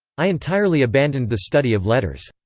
i entirely abandoned the study of letters.